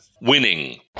winning